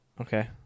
Okay